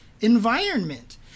environment